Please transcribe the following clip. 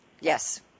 Yes